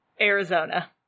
Arizona